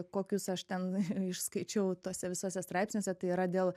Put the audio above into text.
kokius aš ten išskaičiau tuose visuose straipsniuose tai yra dėl